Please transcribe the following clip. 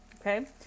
Okay